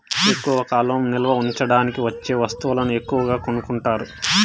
ఎక్కువ కాలం నిల్వ ఉంచడానికి వచ్చే వస్తువులను ఎక్కువగా కొనుక్కుంటారు